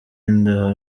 inda